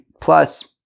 plus